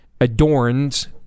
adorns